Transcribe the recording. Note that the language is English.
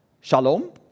shalom